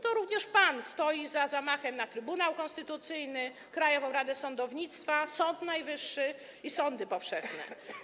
To również pan stoi za zamachem na Trybunał Konstytucyjny, Krajową Radę Sądownictwa, Sąd Najwyższy i sądy powszechne.